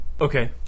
Okay